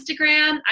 Instagram